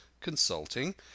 consulting